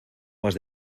más